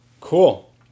Cool